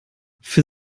für